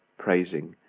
praising,